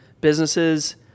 businesses